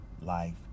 life